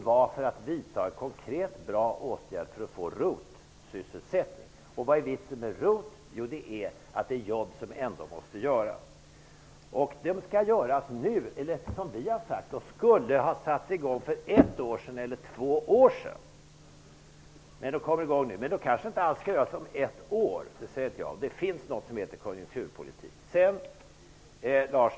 Vi ville vidta en konkret bra åtgärd för att skapa ROT sysselsättning. Vad är vitsen med ROT? Jo, vitsen är att det gäller jobb som ändå måste göras. De skall göras nu. Vi har sagt att de skulle ha satts i gång för ett eller två år sedan, men de kommer i gång nu. De kanske inte alls skall göras om ett år -- det säger jag inte. Det finns något som heter konjunkturpolitik.